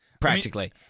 practically